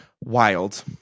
Wild